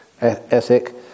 ethic